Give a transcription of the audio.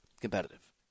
competitive